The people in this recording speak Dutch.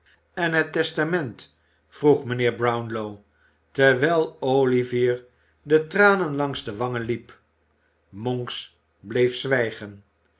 en het testament vroeg mijnheer brownlow terwijl olivier de tranen langs de wangen liepen monks bleef zwijgen